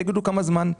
תגידו כמה זמן.